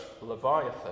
Leviathan